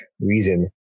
reason